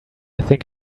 think